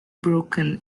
broken